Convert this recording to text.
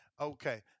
Okay